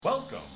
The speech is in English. Welcome